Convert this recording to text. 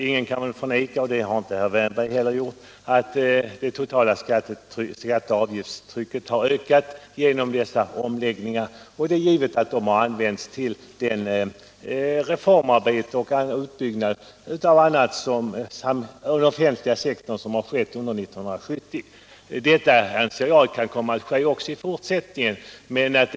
Ingen kan väl förneka — och det har inte heller herr Wärnberg gjort — att det totala skatteavgiftstrycket har ökat genom dessa nästan årliga skatteomläggningar. Pengarna har givetvis använts till det reformarbete och den utbyggnad av den offentliga sektorn som skett under 1970-talet. Ett fortsatt reformarbete kommer givetvis att ske även under 1970-talet.